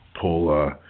pull